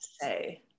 say